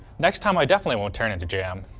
next time i definitely won't turn into jam.